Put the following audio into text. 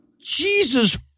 Jesus